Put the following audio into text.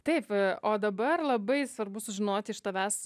taip o dabar labai svarbu sužinoti iš tavęs